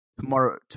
Tomorrow